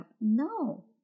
no